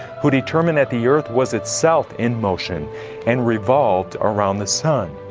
who determined that the earth was itself in motion and revolved around the sun.